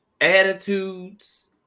attitudes